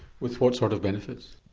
with what sort of benefits?